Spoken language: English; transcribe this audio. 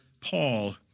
Paul